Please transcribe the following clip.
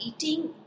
eating